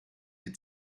had